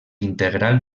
integral